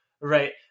right